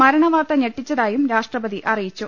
മരണവാർത്ത ഞെട്ടിച്ചതായും രാഷ്ട്രപതി അറിയിച്ചു